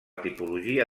tipologia